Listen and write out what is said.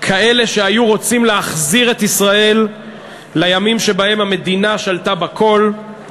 כאלה שהיו רוצים להחזיר את ישראל לימים שבהם המדינה שלטה בכול.